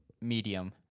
medium